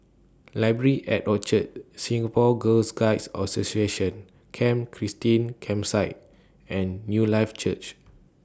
Library At Orchard Singapore Girl Guides Association Camp Christine Campsite and Newlife Church